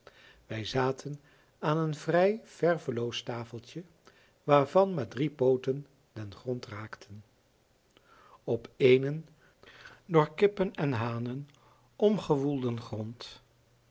wij zaten aan een vrij verveloos tafeltje waarvan maar drie pooten den grond raakten op eenen door kippen en hanen omgewoelden grond